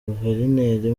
guverineri